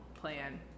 plan